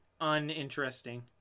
uninteresting